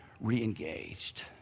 re-engaged